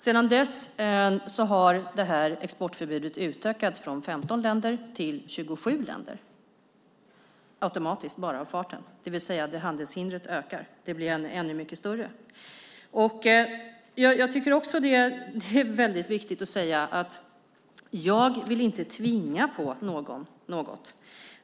Sedan dess har det här exportförbudet utökats från 15 länder till 27 länder av bara farten, det vill säga handelshindret ökar och blir ännu mycket större. Jag tycker också att det är väldigt viktigt att säga att jag inte vill tvinga på någon något.